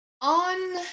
On